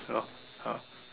you know ya